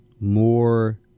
more